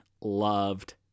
loved